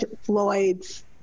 Floyd's